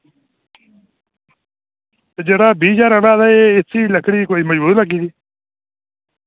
ते जेह्ड़ा बीह् ज्हार आह्ला ते एह् इसी लकड़ी कोई मजबूत लग्गी दी